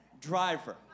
driver